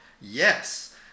Yes